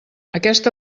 aquesta